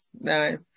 nice